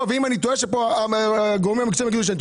ואם אני טועה, שהגורמים המקצועיים יגידו לי.